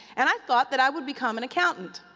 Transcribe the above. and i thought that i would become an accountant.